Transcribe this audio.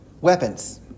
weapons